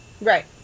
Right